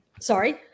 Sorry